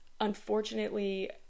Unfortunately